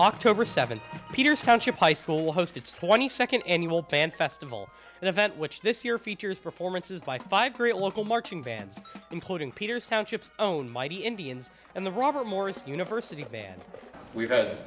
oct seventh peters township high school will host its twenty second annual pan festival event which this year features performances by five great local marching bands including peters township own mighty indians and the robert morris university band we've had